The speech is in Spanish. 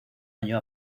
año